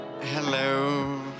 Hello